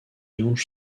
yonge